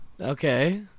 Okay